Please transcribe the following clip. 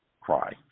cry